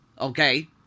Okay